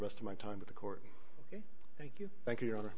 rest of my time with the court thank you thank you your hon